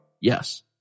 Yes